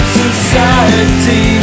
society